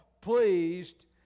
pleased